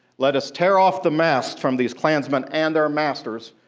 let us tear off the masks from these klansmen and their masters,